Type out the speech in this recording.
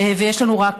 ויש לנו רק,